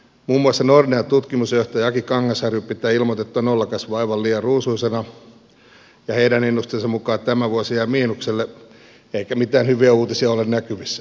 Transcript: muun muassa nordean tutkimusjohtaja aki kangasharju pitää ilmoitettua nollakasvua aivan liian ruusuisena ja heidän ennusteensa mukaan tämä vuosi jää miinukselle eikä mitään hyviä uutisia ole näkyvissä